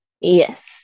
yes